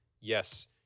yes